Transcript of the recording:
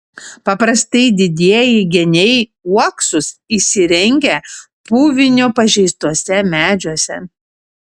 paprastai didieji geniai uoksus įsirengia puvinio pažeistuose medžiuose